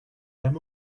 them